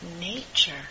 nature